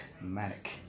manic